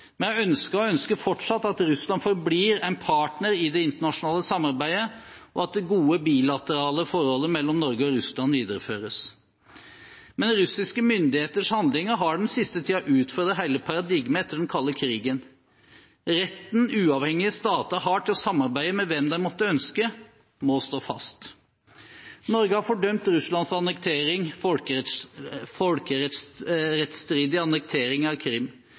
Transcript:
og ønsker fortsatt at Russland forblir en partner i det internasjonale samarbeidet, og at det gode, bilaterale forholdet mellom Norge og Russland videreføres. Men russiske myndigheters handlinger har den siste tiden utfordret hele paradigmet etter den kalde krigen. Retten uavhengige stater har til å samarbeide med hvem de måtte ønske, må stå fast. Norge har fordømt Russlands folkerettsstridige annektering av Krim. Bruk av